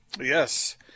Yes